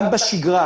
גם בשגרה,